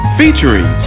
featuring